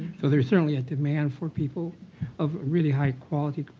so there's certainly a demand for people of really high quality.